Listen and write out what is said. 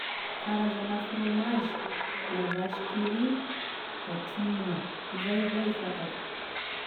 Karazana fromage: la vache qui rit, da teama, izay avao e fantako.